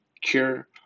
cure